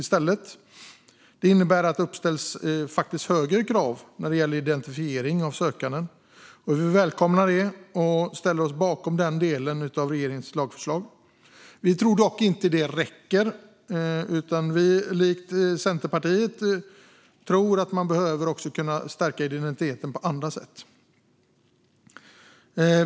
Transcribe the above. Detta innebär att det faktiskt uppställs högre krav när det gäller identifiering av sökanden. Vi välkomnar detta och ställer oss bakom den delen av regeringens lagförslag. Vi tror dock inte att det räcker, utan likt Centerpartiet tror vi att man behöver kunna stärka identiteten på annat sätt.